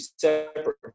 separate